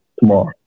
tomorrow